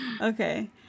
Okay